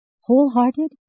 wholehearted